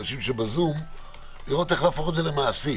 למעשי,